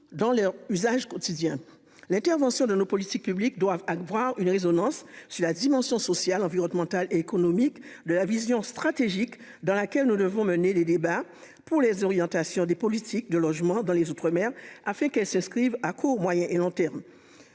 dans leur usage quotidien. L'intervention de nos politiques publiques doivent avoir une résonance sur la dimension sociale, environnementale et économique de la vision stratégique dans laquelle nous devons mener les débats pour les orientations des politiques de logement dans les outre-mer afin qu'elles se suivent à court, moyen et long terme.